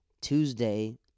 Tuesday